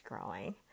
growing